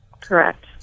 Correct